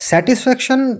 Satisfaction